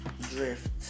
Drift